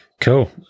Cool